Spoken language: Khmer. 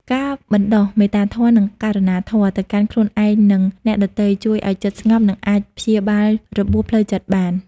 ការបណ្ដុះ មេត្តាធម៌ និង ករុណាធម៌ ទៅកាន់ខ្លួនឯង និងអ្នកដទៃ ជួយឱ្យចិត្តស្ងប់ និងអាចព្យាបាលរបួសផ្លូវចិត្តបាន។